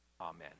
Amen